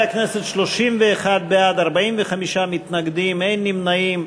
חברי הכנסת, 31 בעד, 45 מתנגדים, אין נמנעים.